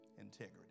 Integrity